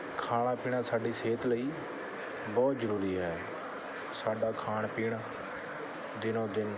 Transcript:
ਖਾਣਾ ਪੀਣਾ ਸਾਡੀ ਸਿਹਤ ਲਈ ਬਹੁਤ ਜ਼ਰੂਰੀ ਹੈ ਸਾਡਾ ਖਾਣ ਪੀਣ ਦਿਨੋਂ ਦਿਨ